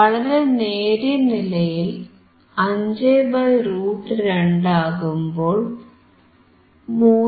വളരെ നേരിയ നിലയിൽ 5√ 2 ആകുമ്പോൾ 3